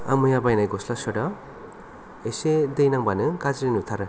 आं मैया बायनाय गस्ला सार्थ आ एसे दै नांबानो गाज्रि नुथारो